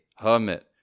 hermit